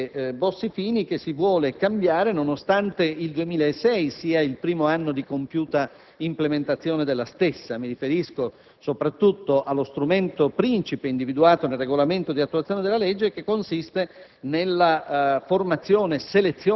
attua fino in fondo quella legge Bossi-Fini che si vuole cambiare nonostante il 2006 sia il primo anno di compiuta implementazione della stessa. Mi riferisco soprattutto allo strumento principe individuato e cioè il regolamento di attuazione della legge che consiste